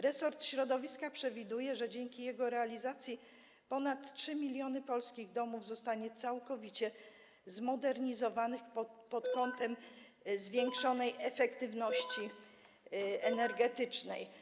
Resort środowiska przewiduje, że dzięki realizacji programu ponad 3 mln polskich domów zostanie całkowicie zmodernizowanych pod kątem zwiększonej efektywności energetycznej.